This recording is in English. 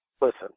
Listen